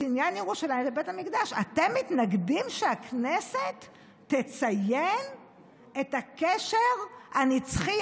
אתם מתנגדים שהכנסת תציין את הקשר הנצחי,